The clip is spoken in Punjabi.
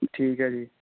ਠੀਕ ਹੈ ਜੀ